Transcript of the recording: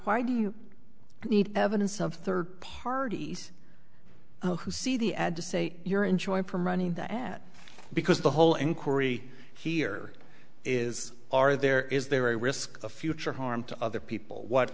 why do you need evidence of third parties who see the ad to say you're enjoying from running the at because the whole inquiry here is are there is there a risk of future harm to other people what